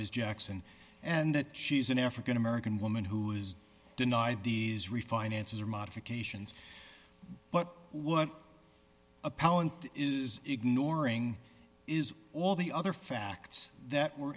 ms jackson and that she's an african american woman who was denied these refinances or modifications but what palin is ignoring is all the other facts that were